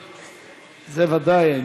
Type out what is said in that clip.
ודאי.